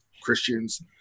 Christians